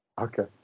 Okay